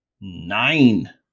Nine